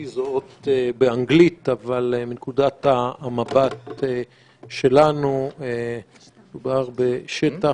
C זאת אות באנגלית אבל מנקודת המבט שלנו מדובר בשטח